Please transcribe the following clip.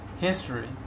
History